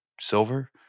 silver